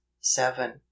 seven